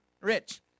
rich